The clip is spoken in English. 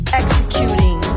executing